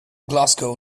glasgow